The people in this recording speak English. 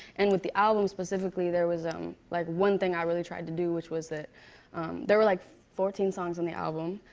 and with the album, specifically, there was um like one thing i really tried to do, which was that there are like fourteen songs on the album,